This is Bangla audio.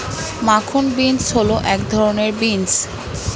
মাখন বিন্স হল এক ধরনের বিন্স